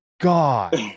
God